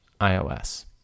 iOS